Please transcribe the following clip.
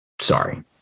Sorry